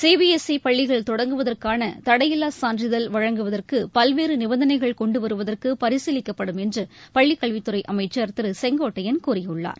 CBSE பள்ளிகள் தொடங்குவதற்கான தளடயில்லா சான்றிதழ் வழங்குவதற்கு பல்வேறு நிபந்தளைகள் கொண்டு வருவதற்கு பரிசீலிக்கப்படும் என்று பள்ளிக் கல்வித்துறை அமைச்சர் திரு செங்கோட்டையன் கூறியுள்ளார்